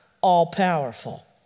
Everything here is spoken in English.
all-powerful